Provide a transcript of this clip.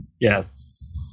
Yes